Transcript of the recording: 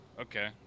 Okay